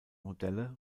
modelle